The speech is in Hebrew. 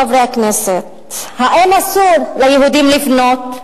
חברי הכנסת: האם אסור ליהודים לבנות?